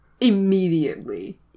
Immediately